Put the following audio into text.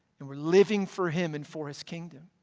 and we're living for him and for his kingdom,